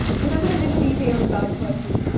remember the little details about a person.